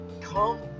come